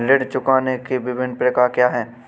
ऋण चुकाने के विभिन्न प्रकार क्या हैं?